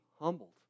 humbled